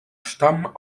stammen